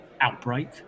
outbreak